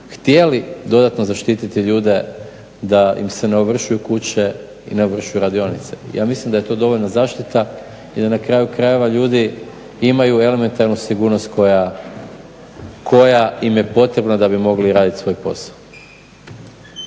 htjeli dodatno zaštititi ljude da im se ne ovršuju kuće i ne ovršuju radionice. Ja mislim da je to dovoljna zaštita. Jer na kraju krajeva ljudi imaju elementarnu sigurnost koja im je potrebna da bi mogli raditi svoj posao.